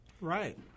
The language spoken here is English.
Right